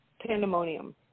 pandemonium